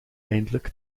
eindelijk